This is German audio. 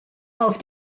auf